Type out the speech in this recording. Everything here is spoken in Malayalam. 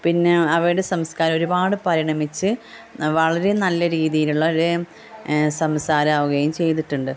പിന്നെ അവയുടെ സംസ്കാരം ഒരുപാട് പരിണമിച്ച് വളരെ നല്ല രീതിയിലുള്ള ഒരു സംസാരം ആവുകയും ചെയ്തിട്ടുണ്ട്